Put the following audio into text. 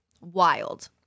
Wild